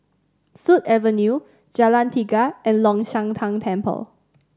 Sut Avenue Jalan Tiga and Long Shan Tang Temple